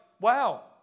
wow